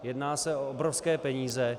Jedná se o obrovské peníze.